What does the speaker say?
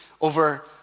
over